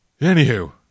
Anywho